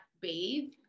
bathe